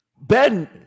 Ben